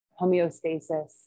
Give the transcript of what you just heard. homeostasis